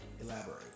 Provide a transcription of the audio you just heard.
Elaborate